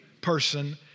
person